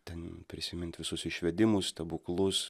ten prisimint visus išvedimus stebuklus